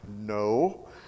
no